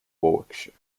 warwickshire